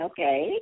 Okay